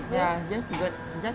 ya just good just